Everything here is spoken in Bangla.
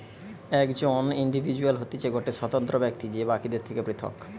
একজন ইন্ডিভিজুয়াল হতিছে গটে স্বতন্ত্র ব্যক্তি যে বাকিদের থেকে পৃথক